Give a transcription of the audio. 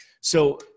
So-